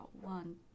one